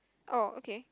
oh okay